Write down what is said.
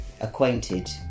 acquainted